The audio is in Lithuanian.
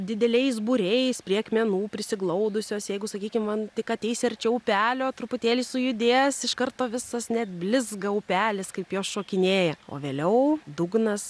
dideliais būriais prie akmenų prisiglaudusios jeigu sakykim man tik ateisi arčiau upelio truputėlį sujudės iš karto visas net blizga upelis kaip jos šokinėja o vėliau dugnas